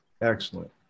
Excellent